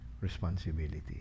responsibility